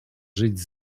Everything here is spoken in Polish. żyć